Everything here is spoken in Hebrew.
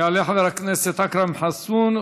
יעלה חבר הכנסת אכרם חסון.